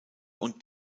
und